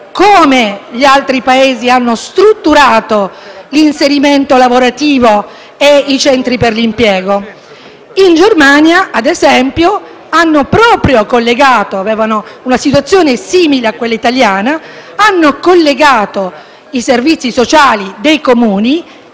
come gli altri Paesi hanno strutturato l'inserimento lavorativo e i centri per l'impiego. In Germania, ad esempio, dove la situazione era simile a quella italiana, hanno collegato i servizi sociali dei Comuni